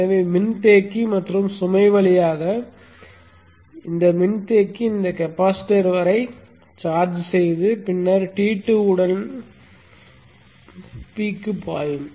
எனவே மின்தேக்கி மற்றும் சுமை வழியாக இந்த மின்தேக்கி இந்த கெப்பாசிட்டர் வரை சார்ஜ் செய்து பின்னர் T2 இலிருந்து P க்கு பாயும்